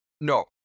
No